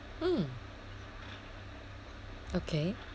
mm okay